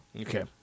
Okay